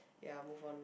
ya move on loh